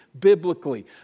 biblically